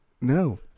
No